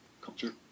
Culture